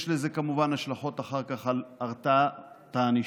יש לזה כמובן השלכות אחר כך על הרתעת הענישה,